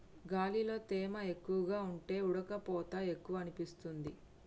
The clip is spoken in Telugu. గాలిలో తేమ ఎక్కువగా ఉంటే ఉడుకపోత ఎక్కువనిపిస్తుంది